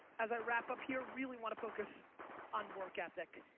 as i wrap up here, really want to focus on work ethic.